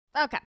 Okay